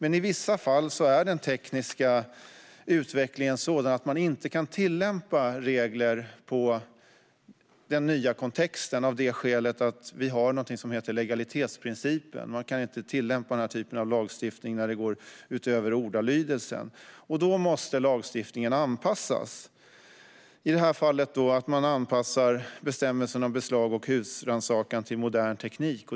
I vissa fall är dock den tekniska utvecklingen sådan att man inte kan tillämpa regler på den nya kontexten eftersom vi har någonting som heter legalitetsprincipen - man kan inte tillämpa denna typ av lagstiftning när det går utöver ordalydelsen. Då måste lagstiftningen anpassas. I detta fall innebär det att man anpassar bestämmelserna om beslag och husrannsakan till modern teknik.